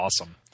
awesome